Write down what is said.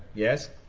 yes?